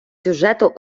сюжету